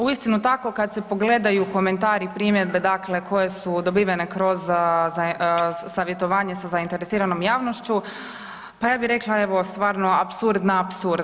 Uistinu tako kad se pogledaju komentari i primjedbe dakle koje su dobivene kroz savjetovanje sa zainteresiranom javnošću pa ja bi rekla stvarno apsurd na apsurd.